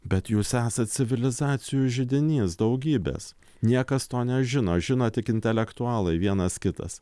bet jūs esat civilizacijų židinys daugybės niekas to nežino žino tik intelektualai vienas kitas